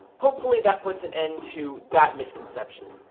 hopefully that puts an end to that misconception.